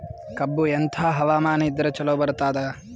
ಕಬ್ಬು ಎಂಥಾ ಹವಾಮಾನ ಇದರ ಚಲೋ ಬರತ್ತಾದ?